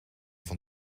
van